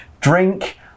Drink